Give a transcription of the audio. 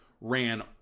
ran